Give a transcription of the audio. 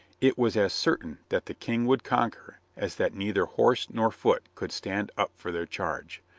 it was as certain that the king would conquer as that neither horse nor foot could stand up for their charge.